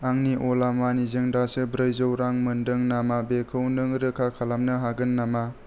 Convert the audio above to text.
आंनि अला मानिजों दासो ब्रैजौ रां मोनदों नामा बेखौ नों रोखा खालामनो हागोन नामा